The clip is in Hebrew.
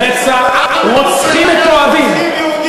רוצחים מתועבים.